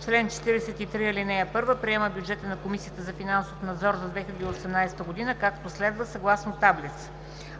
„Чл. 43. (1) Приема бюджета на Комисията за финансов надзор за 2018 г., както следва: съгласно таблица.